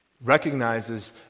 recognizes